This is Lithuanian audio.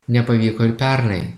nepavyko ir pernai